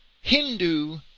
Hindu